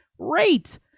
Rate